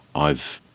i've,